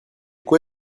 quoi